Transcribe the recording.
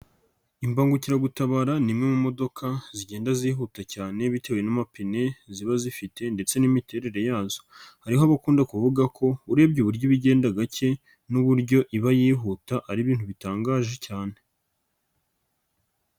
Imbangukiragutabara ni imwe mu modoka zigenda zihuta cyane bitewe n'amapine ziba zifite ndetse n'imiterere yazo, hariho abakunda kuvuga ko urebye uburyo iba igenda gake n'uburyo iba yihuta ari ibintu bitangaje cyane.